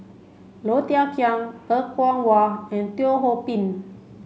Low Thia Khiang Er Kwong Wah and Teo Ho Pin